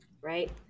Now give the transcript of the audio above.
right